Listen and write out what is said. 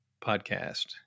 podcast